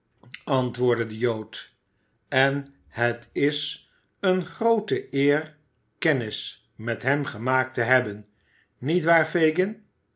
antwoordde de jood en het is eene groote eer kennis met hem gemaakt te hebben niet waar fagin